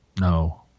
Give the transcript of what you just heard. No